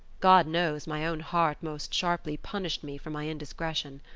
god knows, my own heart most sharply punished me for my indiscretion.